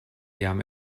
jam